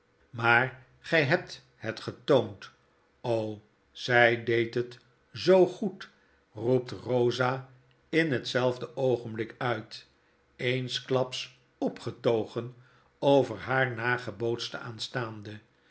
maar gy hebt het getoond zy deed het zoo goed roept rosa in hetzelfde oogenblik uit eensklaps opgetogen over haar nagebootsten aanstaande